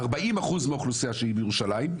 40% מהאוכלוסייה שהיא בירושלים,